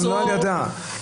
גם לא על ידה --- חברים,